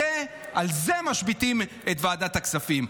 על זה משביתים את ועדת הכספים.